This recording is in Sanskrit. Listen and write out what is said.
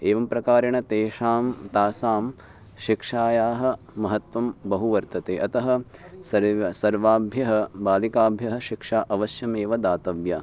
एवं प्रकारेण तेषां तासां शिक्षायाः महत्त्वं बहु वर्तते अतः सर्वं सर्वाभ्यः बालिकाभ्यः शिक्षा अवश्यमेव दातव्या